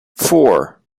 four